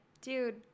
dude